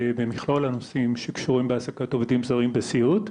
במכלול הנושאים שקשורים בהעסקת עובדים זרים בסיעוד.